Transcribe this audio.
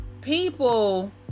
people